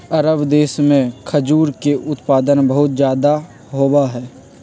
अरब देश में खजूर के उत्पादन बहुत ज्यादा होबा हई